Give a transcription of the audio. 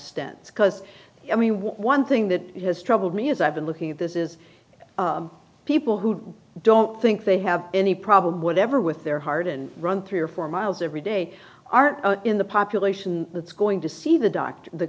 stents because i mean one thing that has troubled me as i've been looking at this is people who don't think they have any problem whatever with their heart and run three or four miles every day aren't in the population that's going to see the doctor the